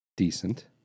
Decent